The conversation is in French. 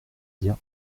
dire